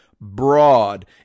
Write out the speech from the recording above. broad